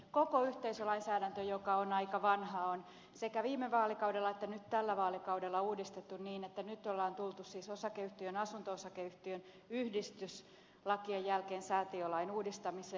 koko yhteisölainsäädäntö joka on aika vanha on sekä viime vaalikaudella että nyt tällä vaalikaudella uudistettu niin että nyt on tultu siis osakeyhtiön asunto osakeyhtiön yhdistyslakien jälkeen säätiölain uudistamiseen